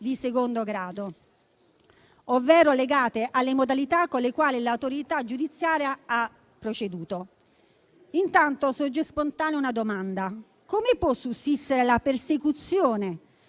di secondo grado, legato alle modalità con le quali l'autorità giudiziaria ha proceduto. Intanto sorge spontanea una domanda: come può sussistere la persecuzione,